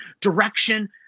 direction